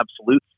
absolute